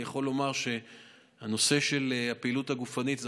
אני יכול לומר שהנושא של הפעילות הגופנית זה